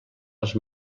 als